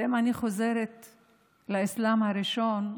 ואם אני חוזרת לאסלאם הראשון,